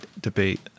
debate